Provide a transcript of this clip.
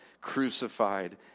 crucified